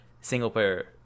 single-player